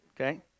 Okay